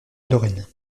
lorraine